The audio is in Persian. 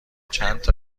چندتا